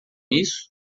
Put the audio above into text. isso